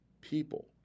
people